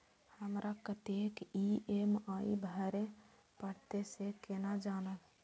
हमरा कतेक ई.एम.आई भरें परतें से केना जानब?